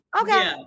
Okay